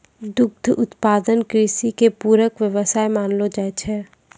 दुग्ध उद्योग कृषि के पूरक व्यवसाय मानलो जाय छै